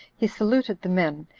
he saluted the men,